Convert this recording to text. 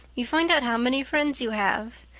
you find out how many friends you have.